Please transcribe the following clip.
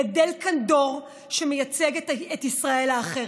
גדל כאן דור שמייצג את ישראל האחרת,